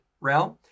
realm